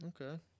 Okay